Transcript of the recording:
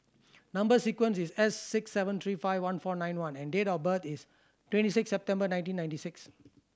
number sequence is S six seven three five one four nine one and date of birth is twenty six September nineteen ninety six